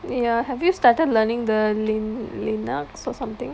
ya have you started learning the lin~ linux or something